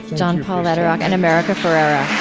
john paul lederach and america ferrera